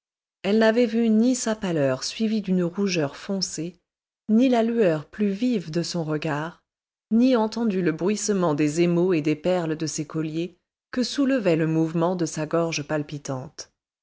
elle n'avait vu ni sa pâleur suivie d'une rougeur foncée ni la lueur plus vive de son regard ni entendu le bruissement des émaux et des perles de ses colliers que soulevait le mouvement de sa gorge palpitante